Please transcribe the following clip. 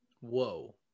Whoa